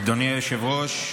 אדוני היושב-ראש,